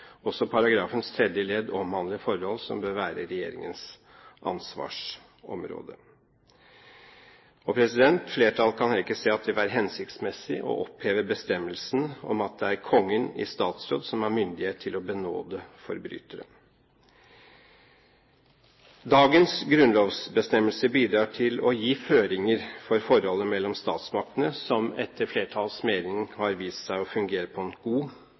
Også paragrafens tredje ledd omhandler forhold som bør være regjeringens ansvarsområde. Flertallet kan heller ikke se at det vil være hensiktsmessig å oppheve bestemmelsen om at det er Kongen i statsråd som har myndighet til å benåde forbrytere. Dagens grunnlovsbestemmelse bidrar til å gi føringer for forholdet mellom statsmaktene, som etter flertallets mening har vist seg å fungere på en god